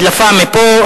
הדלפה מפה,